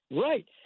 Right